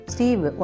Steve